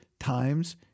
times